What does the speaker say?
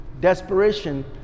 desperation